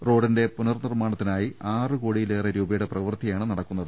റോഡിന്റെ പുനർനിർമ്മാണത്തിനായി ആറു കോടിയിലേറെ രൂപയുടെ പ്രവൃത്തിയാണ് നടക്കുന്നത്